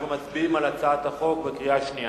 אנחנו מצביעים על הצעת החוק בקריאה שנייה.